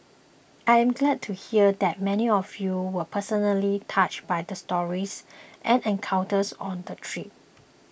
I am glad to hear that many of you were personally touched by the stories and encounters on the trip